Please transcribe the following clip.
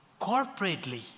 corporately